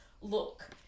look